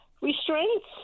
Restraints